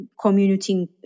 community